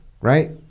right